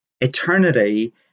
Eternity